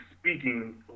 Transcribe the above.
speaking